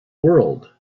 world